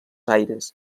aires